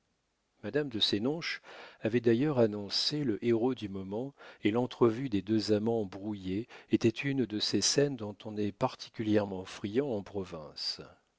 madame de sénonches avait d'ailleurs annoncé le héros du moment et l'entrevue de deux amants brouillés était une de ces scènes dont on est particulièrement friand en province